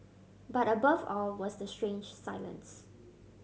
but above all was the strange silence